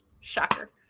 Shocker